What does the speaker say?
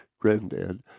granddad